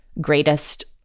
greatest